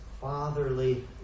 fatherly